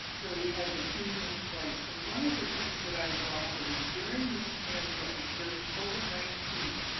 so we had the team in place, and one of the things that i would offer is during this pandemic, during covid nineteen,